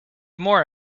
more